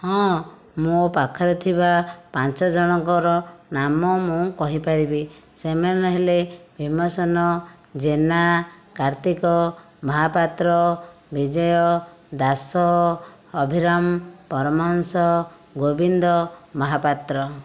ହଁ ମୋ ପାଖରେ ଥିବା ପାଞ୍ଚ ଜଣଙ୍କର ନାମ ମୁଁ କହି ପାରିବି ସେମାନେ ହେଲେ ହେମସନ ଜେନା କାର୍ତ୍ତିକ ମହାପାତ୍ର ବିଜୟ ଦାସ ଅଭିରାମ ପରମହଂସ ଗୋବିନ୍ଦ ମହାପାତ୍ର